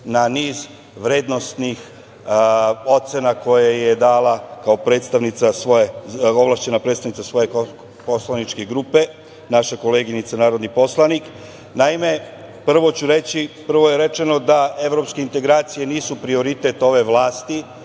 na niz vrednosnih ocena koje je dala kao ovlašćena predstavnica svoje poslaničke grupe naša koleginica narodni poslanik. Naime, prvo je rečeno da evropske integracije nisu prioritet ove vlasti